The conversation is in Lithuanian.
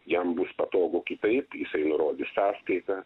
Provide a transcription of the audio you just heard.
jam bus patogu kitaip jisai nurodys sąskaita